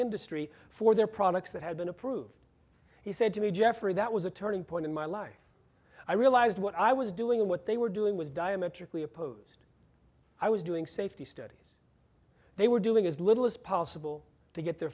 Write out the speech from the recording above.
destry for their products that had been approved he said to me jeffrey that was a turning point in my life i realized what i was doing and what they were doing was diametrically opposed i was doing safety studies they were doing as little as possible to get their